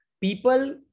people